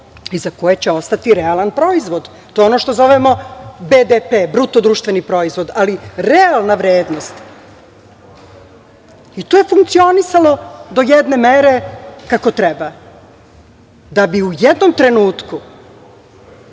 iza koje će ostati realan proizvod. To je ono što zovemo BDP, bruto društveni proizvod, ali realna vrednost i to je funkcionisalo do jedne mere, kako treba, da bi u jednom trenutku,